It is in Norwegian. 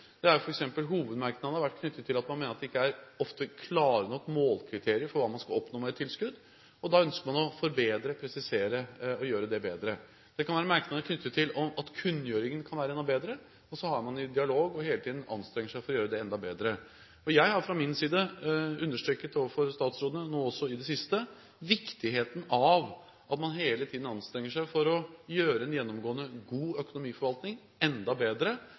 vært knyttet til at man mener at det ofte ikke er klare nok målkriterier for hva man skal oppnå med et tilskudd. Da ønsker man å forbedre, presisere – gjøre det bedre. Det kan være merknader knyttet til at kunngjøringer kan være enda bedre. Så har man en dialog, og hele tiden anstrenger man seg for å gjøre det bedre. Jeg har fra min side understreket overfor statsrådene – også nå i det siste – viktigheten av at man hele tiden anstrenger seg for å gjøre en gjennomgående god økonomiforvaltning enda bedre.